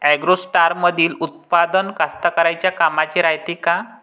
ॲग्रोस्टारमंदील उत्पादन कास्तकाराइच्या कामाचे रायते का?